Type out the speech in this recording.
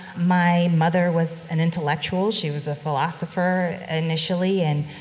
my mother was an intellectual. she was a philosopher, initially, and,